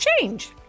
change